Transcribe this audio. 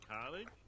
college